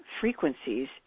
Frequencies